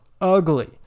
ugly